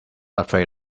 afraid